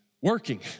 working